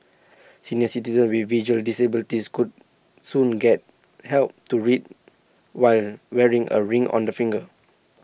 senior citizens with visual disabilities could soon get help to read while wearing A ring on their finger